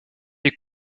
est